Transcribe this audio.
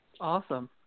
Awesome